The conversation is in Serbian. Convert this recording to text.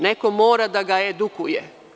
Neko mora da ga edukuje.